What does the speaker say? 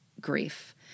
grief